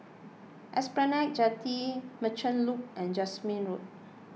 Esplanade Jetty Merchant Loop and Jasmine Road